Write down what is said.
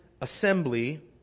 assembly